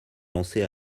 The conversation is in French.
lancée